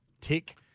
Tick